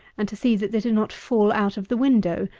and to see that they do not fall out of the window,